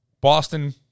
Boston